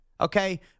Okay